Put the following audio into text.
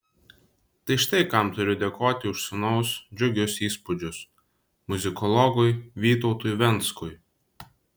tai štai kam turiu dėkoti už sūnaus džiugius įspūdžius muzikologui vytautui venckui